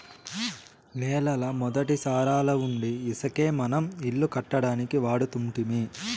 నేలల మొదటి సారాలవుండీ ఇసకే మనం ఇల్లు కట్టడానికి వాడుతుంటిమి